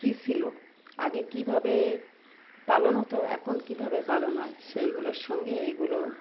কি ছিল আগে কীভাবে পালন হতো এখন কীভাবে পালন হয় সেইগুলোর সঙ্গে এইগুলো